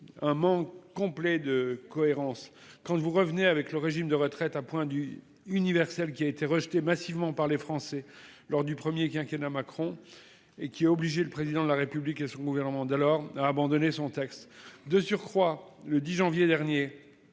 un manque complet de cohérence quand vous revenez avec le régime de retraite à points du universelle qui a été rejetée massivement par les Français lors du premier quinquennat Macron. Et qui a obligé le président de la République et son gouvernement d'alors à abandonner son texte de surcroît le 10 janvier dernier.